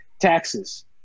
taxes